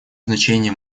значение